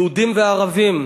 יהודים וערבים,